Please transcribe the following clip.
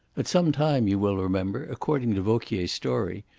at some time, you will remember, according to vauquier's story,